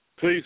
Please